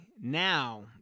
Now